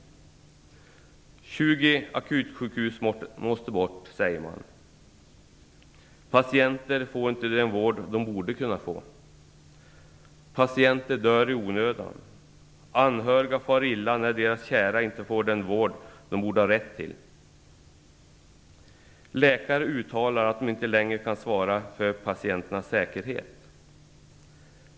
Så många som 20 akutsjukhus måste läggas ned sägs det. Patienter får inte den vård som de borde kunna få. Och patienter dör i onödan. Anhöriga far illa när deras kära inte får den vård som de borde ha rätt till. Läkare uttalar att de inte längre kan svara för patienternas säkerhet.